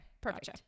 Perfect